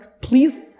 Please